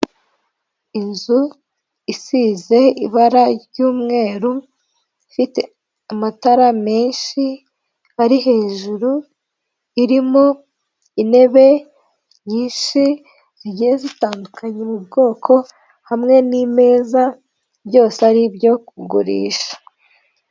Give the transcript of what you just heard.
Inzu isize ibara ry'umweru ifite amatara menshi ari hejuru, irimo intebe nyinshi zigiye zitandukanye mu bwoko, hamwe nimeza byose ari ibyo kugurisha.